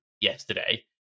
yesterday